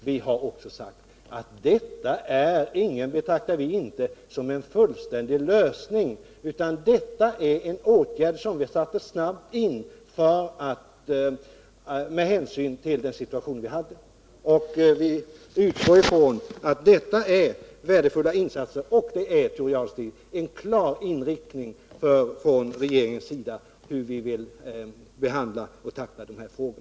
Vi har också sagt att vi snabbt satte in dem med hänsyn till den situation vi hade. Vi utgår ifrån att detta är värdefulla insatser. Det är, Thure Jadestig, en klar inriktning från regeringens sida hur vi vill behandla och tackla dessa frågor.